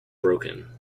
broken